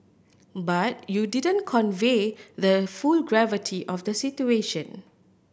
but you didn't convey the full gravity of the situation